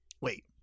Wait